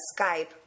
Skype